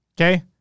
Okay